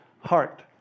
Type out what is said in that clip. heart